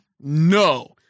No